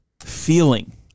feeling